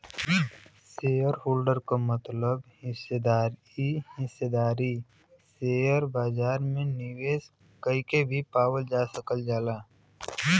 shareholder क मतलब हिस्सेदार इ हिस्सेदारी शेयर बाजार में निवेश कइके भी पावल जा सकल जाला